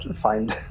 find